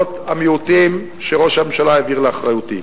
המיעוטים שראש הממשלה העביר לאחריותי.